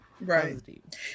Right